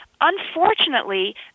unfortunately